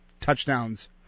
touchdowns